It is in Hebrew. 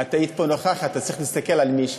את היית פה, אז צריך להסתכל על מישהו.